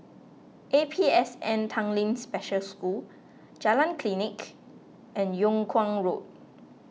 A P S N Tanglin Special School Jalan Klinik and Yung Kuang Road